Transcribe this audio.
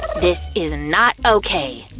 this is not okay!